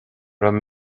raibh